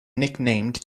nicknamed